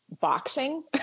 boxing